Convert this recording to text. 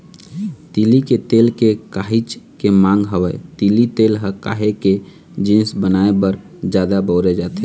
तिली के तेल के काहेच के मांग हवय, तिली तेल ह खाए के जिनिस बनाए बर जादा बउरे जाथे